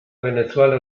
venezuela